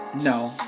no